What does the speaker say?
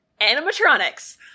animatronics